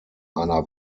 einer